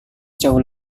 jauh